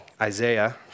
Isaiah